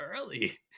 early